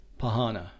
Pahana